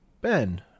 Ben